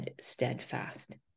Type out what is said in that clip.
steadfast